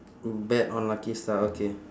bet on lucky star okay